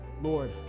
Lord